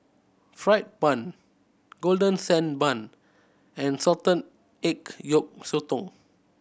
fried bun Golden Sand Bun and salted egg yolk sotong